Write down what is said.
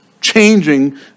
changing